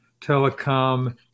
telecom